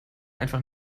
einfach